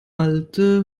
alte